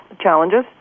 challenges